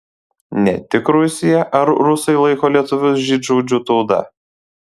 ne tik rusija ar rusai laiko lietuvius žydšaudžių tauta